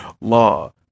Law